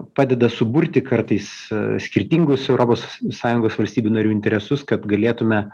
padeda suburti kartais skirtingus europos sąjungos valstybių narių interesus kad galėtume